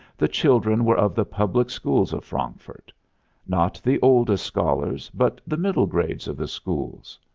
the children were of the public schools of frankfurt not the oldest scholars, but the middle grades of the schools.